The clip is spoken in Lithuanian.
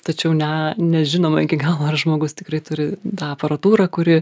tačiau ne nežinome iki galo ar žmogus tikrai turi tą aparatūrą kuri